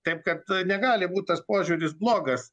taip kad negali būt tas požiūris blogas